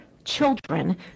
children